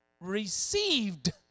received